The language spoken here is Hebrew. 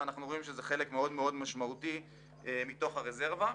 אנחנו רואים שזה חלק מאוד משמעותי מתוך הרזרבה.